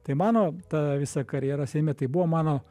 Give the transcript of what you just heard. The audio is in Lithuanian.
tai mano ta visa karjera seime tai buvo mano